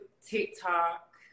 TikTok